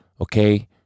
okay